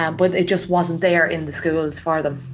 um but it just wasn't there in the schools for them.